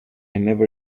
never